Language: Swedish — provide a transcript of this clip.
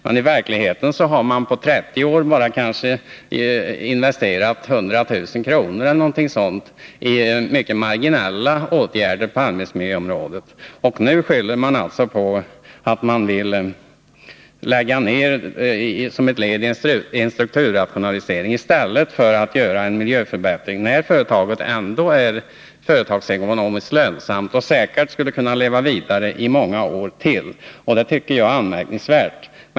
Men i verkligheten har man på 30 år investerat kanske bara 100 000 kr. eller någonting sådant, i mycket marginella åtgärder på arbetsmiljöområdet. Nu skyller man alltså nedläggningsbeslutet på att det är ett led i en strukturrationalisering. I stället borde man göra miljöförbättringar, när företaget ändå är företagsekonomiskt lönsamt och säkert skulle kunna leva vidare i många år till. Jag tycker förfarandet är anmärkningsvärt.